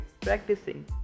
practicing